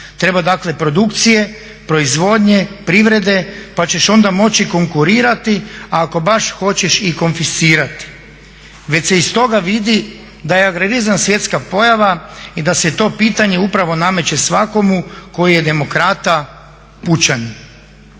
Treba dakle produkcije, proizvodnje, privrede pa ćeš onda moći konkurirati a ako baš hoćeš i konfiscirati. Već se iz toga vidi da je agrarizam svjetska pojava i da se i to pitanje upravo nameće svakome koji je demokrata, pučanin.